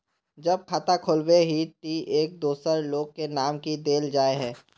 जब खाता खोलबे ही टी एक दोसर लोग के नाम की देल जाए है?